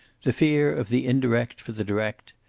the fear of the indirect for the direct,